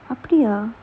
அப்டியா:apdiyaa